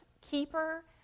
keeper